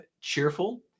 cheerful